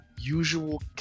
usual